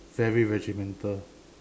very regimental